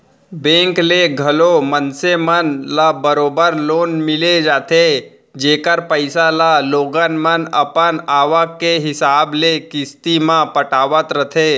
bank ले घलौ मनसे मन ल बरोबर लोन मिल जाथे जेकर पइसा ल लोगन मन अपन आवक के हिसाब ले किस्ती म पटावत रथें